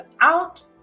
out